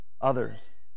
others